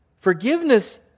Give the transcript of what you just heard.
Forgiveness